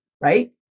right